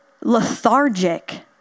lethargic